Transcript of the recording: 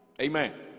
Amen